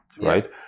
right